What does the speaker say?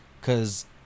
Cause